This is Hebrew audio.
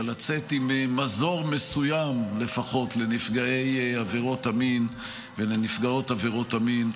אבל לצאת עם מזור מסוים לפחות לנפגעי עבירות המין ולנפגעות עבירות המין,